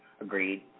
Agreed